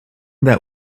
that